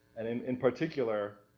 and in, in particular,